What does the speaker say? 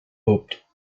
hoped